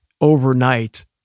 overnight